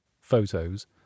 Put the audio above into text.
photos